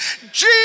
Jesus